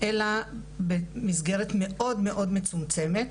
אלא במסגרת מאוד מאוד מצומצמת,